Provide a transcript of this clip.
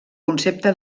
concepte